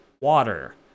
water